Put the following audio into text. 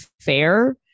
fair